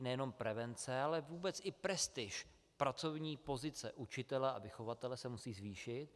Nejenom prevence, ale vůbec i prestiž, pracovní pozice učitele a vychovatele se musí zvýšit.